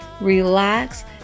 relax